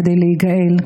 כדי להיגאל,